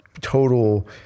total